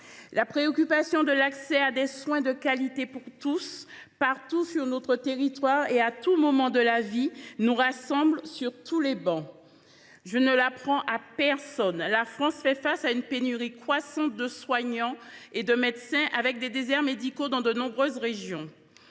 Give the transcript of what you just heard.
La préoccupation de l’accès à des soins de qualité pour tous, partout sur notre territoire et à tout moment de la vie, nous rassemble sur toutes les travées. Je ne l’apprends à personne, la France fait face à une pénurie croissante de soignants et de médecins, avec des déserts médicaux dans de nombreuses régions.